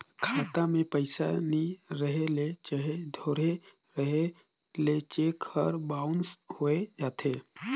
खाता में पइसा नी रहें ले चहे थोरहें रहे ले चेक हर बाउंस होए जाथे